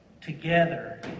together